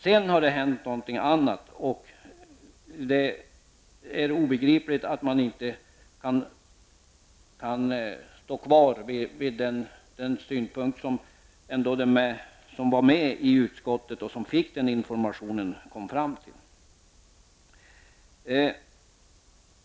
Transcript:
Sedan har det hänt någonting annat, och det är obegripligt att man inte kan stå fast vid den uppfattning som de som var med i utskottet och fick denna information kom fram till.